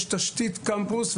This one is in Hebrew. יש תשתית קמפוס,